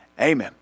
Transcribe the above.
amen